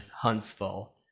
huntsville